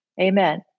Amen